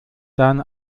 seine